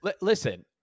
Listen